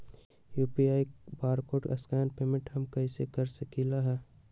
UPI barcode scan payment हम कईसे कर सकली ह?